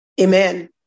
Amen